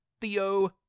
Theo